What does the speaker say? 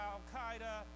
Al-Qaeda